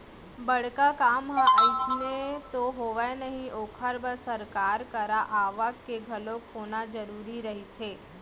बड़का काम ह अइसने तो होवय नही ओखर बर सरकार करा आवक के घलोक होना जरुरी रहिथे